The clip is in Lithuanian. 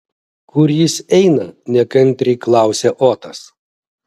kur jis eina nekantriai klausia otas